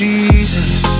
Jesus